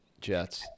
jets